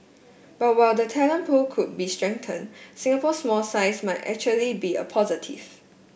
but while the talent pool could be strengthened Singapore small size might actually be a positive